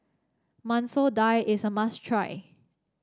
Masoor Dal is a must try